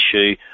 issue